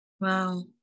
Wow